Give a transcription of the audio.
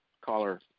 caller